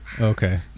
Okay